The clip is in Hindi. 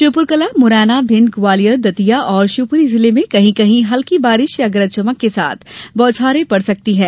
श्योपुरकला मुरैना भिंड ग्वालियर दतिया और शिवपुरी जिलों में कहीं कहीं हल्की बारिश या गरज चमक के साथ बौछारे पड़ सकती है